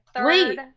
Wait